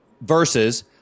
versus